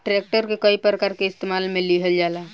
tractor के कई प्रकार के इस्तेमाल मे लिहल जाला